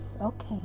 okay